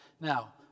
Now